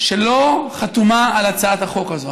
שלא חתומה על הצעת החוק הזו.